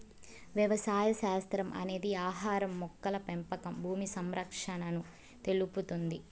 వ్యవసాయ శాస్త్రం అనేది ఆహారం, మొక్కల పెంపకం భూమి సంరక్షణను తెలుపుతుంది